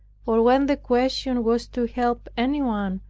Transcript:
for when the question was to help anyone,